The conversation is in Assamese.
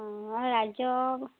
অঁ ৰাজ্য়